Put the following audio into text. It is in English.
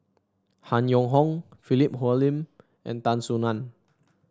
Han Yong Hong Philip Hoalim and Tan Soo Nan